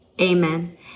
amen